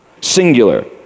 singular